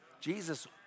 Jesus